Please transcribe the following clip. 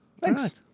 Thanks